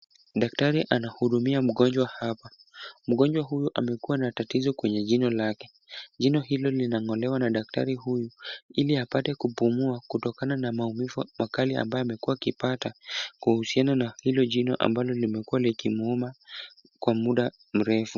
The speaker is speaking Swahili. Daktari anahudumia mgonjwa hapa, mgonjwa huyu amekuwa na tatizo kwenye jino lake. Jino hilo linang'olewa na daktari huyu, ili apate kupumua kutokana na maumivu makali ambayo amekuwa akipata kuhusiana na hilo jino ambalo limekuwa likimuuma kwa muda mrefu.